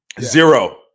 Zero